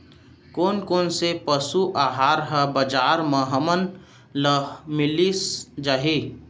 कोन कोन से पसु आहार ह बजार म हमन ल मिलिस जाही?